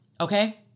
Okay